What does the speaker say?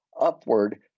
upward